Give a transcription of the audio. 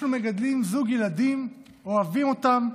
אנחנו מגדלים זוג ילדים, אוהבים אותם,